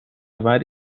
bar